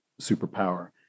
superpower